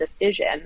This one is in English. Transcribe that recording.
decision